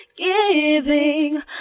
Giving